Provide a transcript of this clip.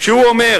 כשהוא אומר